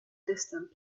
distant